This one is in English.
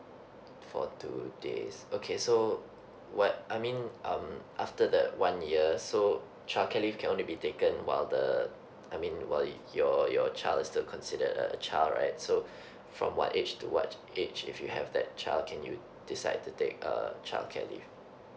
for two days okay so what I mean um after the one year so childcare leave can only be taken while the I mean while your your child is still considered a child right so from what age to what age if you have that child can you decide to take uh childcare leave